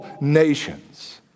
nations